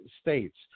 states